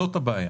זאת הבעיה.